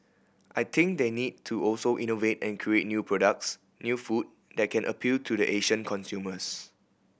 I think they need to also innovate and create new products new food that can appeal to the Asian consumers